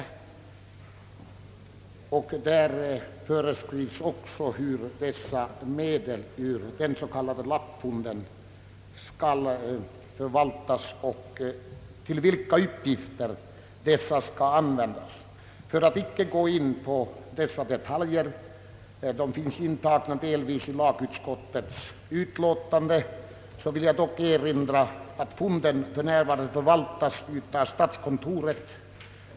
I denna lag föreskrivs också hur lappfondens medel skall förvaltas och till vilka uppgifter de skall användas. Jag skall inte i detalj gå in på denna fråga, eftersom den i viss mån redovisas i tredje lagutskottets utlåtande, men jag vill erinra om att fonden för närvarande förvaltas av statskontoret.